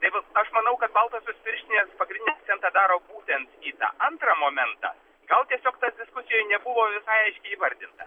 tai vat aš manau kad baltosios pirštinės pagrindinį akcentą daro būtent į tą antrą momentą gal tiesiog tas diskusijoj nebuvo visai įvardinta